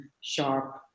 sharp